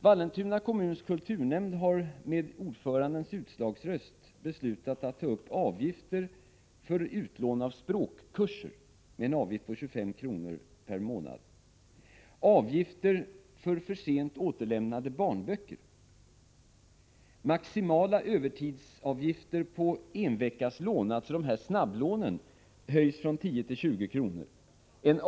Vallentuna kommuns kulturnämnd har, med ordförandens utslagsröst, beslutat ta upp avgifter: avgift för lån av språkkurser med 25 kr. per månad; avgift för för sent återlämnade barnböcker; den maximala övertidsavgiften för en veckas snabblån höjs från 10 till 20 kr.